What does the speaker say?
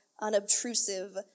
unobtrusive